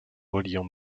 reliant